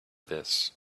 this